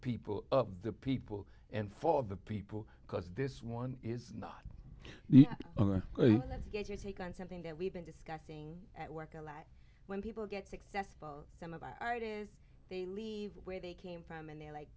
people of the people and for the people because this one is not let's get your take on something that we've been discussing at work a lot when people get successful and the right is they leave where they came from and they like